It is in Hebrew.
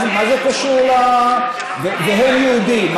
והם יהודים,